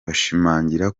bashimangira